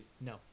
No